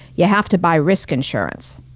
you have to buy risk insurance.